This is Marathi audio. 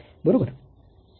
बरोबर